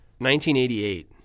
1988